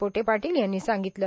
पोटे पाटील यांनी सांगितलं